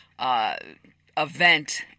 event